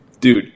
Dude